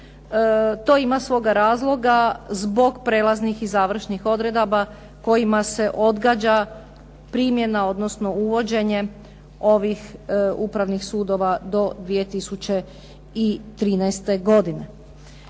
To ima svojeg razloga zbog prelaznih i završnih odredaba kojima se odgađa primjena, odnosno uvođenje ovih upravnih sudova do 2013. godine.